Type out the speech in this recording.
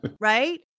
Right